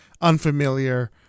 Unfamiliar